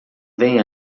vem